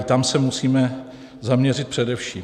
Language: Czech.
Tam se musíme zaměřit především.